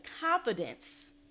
confidence